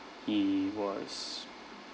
he was